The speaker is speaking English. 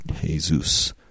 Jesus